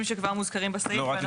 שכבר מוזכרים בסעיף ואנחנו --- לא,